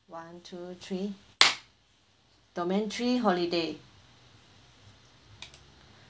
one two three domain three holiday